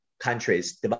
Countries